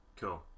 cool